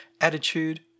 attitude